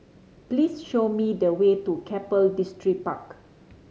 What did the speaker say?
please show me the way to Keppel Distripark